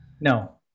No